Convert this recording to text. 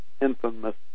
infamous